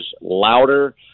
louder